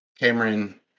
Cameron